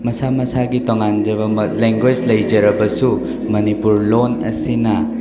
ꯃꯁꯥ ꯃꯁꯥꯒꯤ ꯇꯣꯡꯉꯥꯟꯖꯕ ꯂꯦꯡꯒꯣꯏꯁ ꯂꯩꯖꯔꯕꯁꯨ ꯃꯅꯤꯄꯨꯔ ꯂꯣꯜ ꯑꯁꯤꯅ